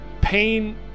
pain